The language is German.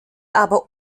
aber